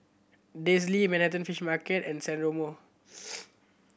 Manhattan Fish Market and San Remo